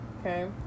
Okay